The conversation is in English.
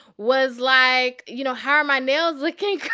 was like, you know, how are my nails looking,